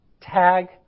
tag